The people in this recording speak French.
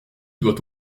doit